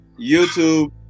youtube